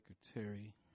secretary